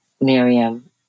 Miriam